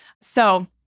So-